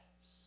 yes